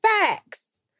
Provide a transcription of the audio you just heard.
facts